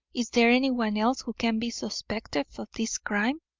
is there anyone else who can be suspected of this crime?